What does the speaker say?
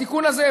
התיקון הזה,